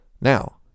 Now